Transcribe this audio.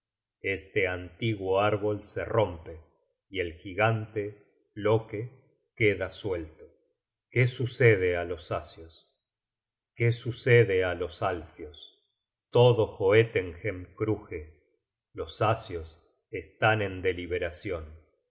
este antiguo árbol so rompe y el gigante loke queda suelto qué sucede á los asios qué sucede á los alfios todo joetenhem cruge los asios están en deliberacion